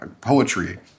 poetry